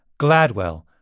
GLADWELL